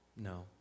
No